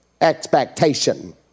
expectation